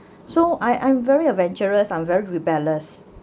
so I I'm very adventurous I'm very rebellious